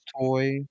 toy